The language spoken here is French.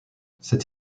cet